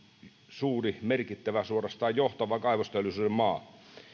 suuri merkittävä suorastaan johtava kaivosteollisuuden maa